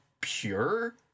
pure